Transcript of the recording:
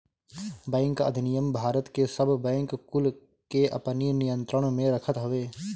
bank अधिनियम भारत के सब बैंक कुल के अपनी नियंत्रण में रखत हवे